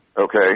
okay